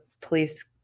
police